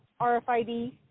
RFID